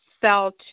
felt